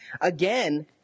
again